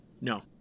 No